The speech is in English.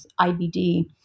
IBD